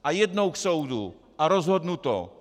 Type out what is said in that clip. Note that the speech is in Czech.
A jednou k soudu, a rozhodnuto.